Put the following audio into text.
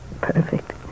Perfect